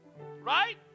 Right